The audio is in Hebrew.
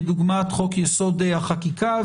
כדוגמת חוק-יסוד: החקיקה,